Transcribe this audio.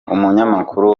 umunyamakuru